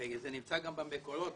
הבנתי שזה גם במקורות,